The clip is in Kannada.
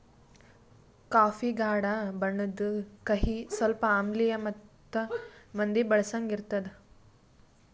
ಕಾಫಿ ಗಾಢ ಬಣ್ಣುದ್, ಕಹಿ, ಸ್ವಲ್ಪ ಆಮ್ಲಿಯ ಮತ್ತ ಮಂದಿ ಬಳಸಂಗ್ ಇರ್ತದ